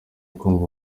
kumva